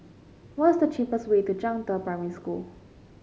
what is the cheapest way to Zhangde Primary School